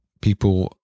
people